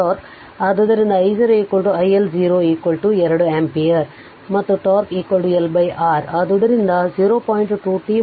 ಆದ್ದರಿಂದ I0 i L 0 2 ampere ಮತ್ತು τ L R